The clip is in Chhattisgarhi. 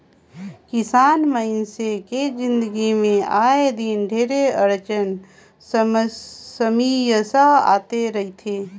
किसान मइनसे के जिनगी मे आए दिन ढेरे अड़चन समियसा आते रथे